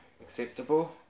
acceptable